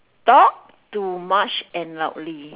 talk too much and loudly